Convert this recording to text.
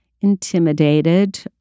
intimidated